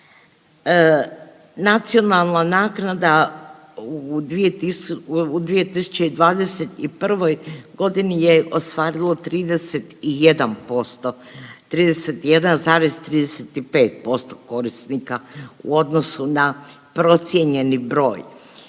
Nacionalna naknada u 2021.g. je ostvarilo 31%, 31,35% korisnika u odnosu na procijenjeni broj